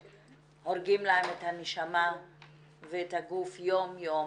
והורגים להן את הנשמה ואת הגוף יום יום,